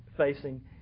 facing